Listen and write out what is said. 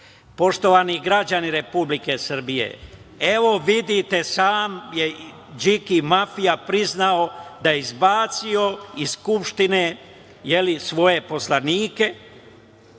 citat. Poštovani građani Republike Srbije, evo vidite sam je „Điki mafija“ priznao da je izbacio iz Skupštine svoje poslanike